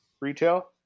retail